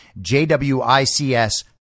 JWICS